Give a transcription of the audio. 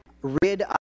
rid